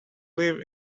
live